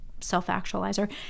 self-actualizer